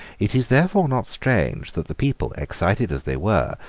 it is therefore not strange that the people, excited as they were,